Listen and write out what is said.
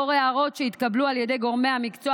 לאור הערות שהתקבלו על ידי גורמי המקצוע